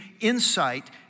insight